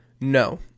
No